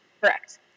Correct